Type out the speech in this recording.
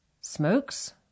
smokes